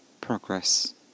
Progress